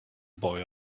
boy